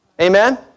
Amen